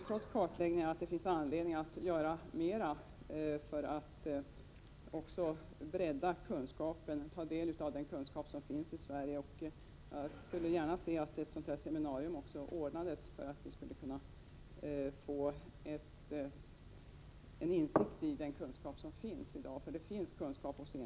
Trots kartläggningen tror jag att det finns anledning att göra mer för att 21 höja kunskapsnivån och ta del av den kunskap som finns i Sverige. Jag skulle gärna se att ett seminarium ordnades så att vi kunde få del av den kunskap som i dag finns hos enskilda.